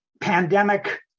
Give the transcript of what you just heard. pandemic